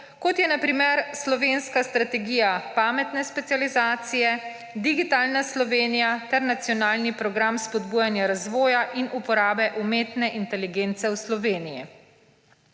kot so na primer Slovenska strategija pametne specializacije, Digitalna Slovenija ter Nacionalni program spodbujanja razvoja in uporabe umetne inteligence v Sloveniji.